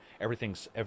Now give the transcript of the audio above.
everything's